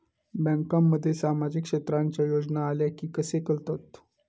बँकांमध्ये सामाजिक क्षेत्रांच्या योजना आल्या की कसे कळतत?